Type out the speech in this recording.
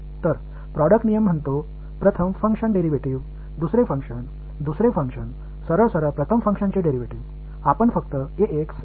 எனவே product rule முதல் function derivative இரண்டாவது பங்க்ஷன் என்று கூறுகிறது இரண்டாவது பங்க்ஷன் முதல் பங்க்ஷன் டிரைவேடிவ் என்று நேரடியான கூறுகிறது